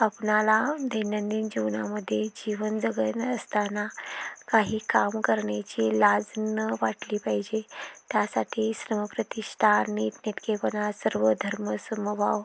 आपणाला दैनंदिन जीवनामध्ये जीवन जगत असताना काही काम करण्याची लाज न वाटली पाहिजे त्यासाठी श्रमप्रतिष्ठा निटनेटकेपणा सर्व धर्म समभाव